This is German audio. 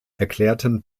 erklärten